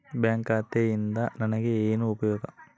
Bank ಖಾತೆಯಿಂದ ನನಗೆ ಏನು ಉಪಯೋಗ?